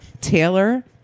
Taylor